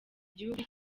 gihugu